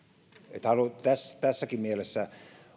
tässäkin mielessä